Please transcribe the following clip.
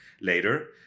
later